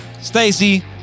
Stacy